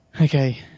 Okay